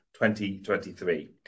2023